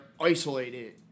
isolated